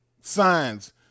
Signs